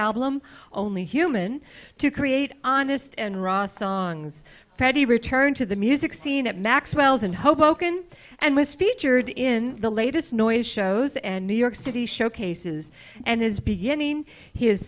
album only human to create honest and raw songs ready return to the music scene at maxwells in hoboken and was featured in the latest noise shows and new york city showcases and is beginning his